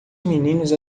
meninos